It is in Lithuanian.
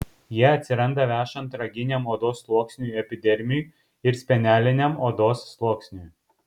jie atsiranda vešant raginiam odos sluoksniui epidermiui ir speneliniam odos sluoksniui